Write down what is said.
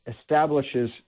establishes